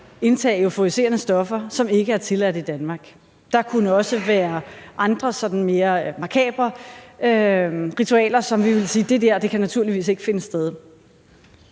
indtage euforiserende stoffer, som ikke er tilladt i Danmark. Der kunne også være andre sådan mere makabre ritualer, hvor vi ville sige, at det der kan naturligvis ikke finde sted.